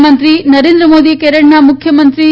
પ્રધાનમંત્રી નરેન્દ્ર મોદીએ કેરળના મુખ્યમંત્રી પી